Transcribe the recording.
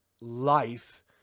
life